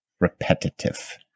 repetitive